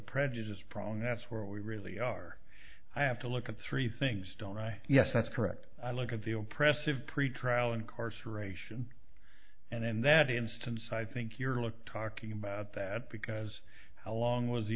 prejudice problem that's where we really are i have to look at three things don't i yes that's correct i look at the old press of pretrial incarceration and in that instance i think you're look talking about that because how long was the